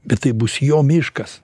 bet tai bus jo miškas